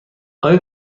آیا